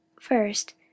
first